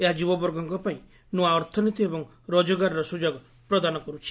ଏହା ଯୁବବର୍ଗଙ୍କ ପାଇଁ ନୂଆ ଅର୍ଥନୀତି ଏବଂ ରୋଜଗାରର ସ୍ୱଯୋଗ ପ୍ରଦାନ କର୍ବଛି